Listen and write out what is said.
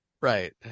Right